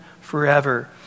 forever